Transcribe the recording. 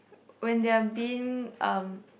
when they're being um